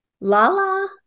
Lala